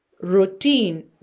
routine